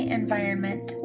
environment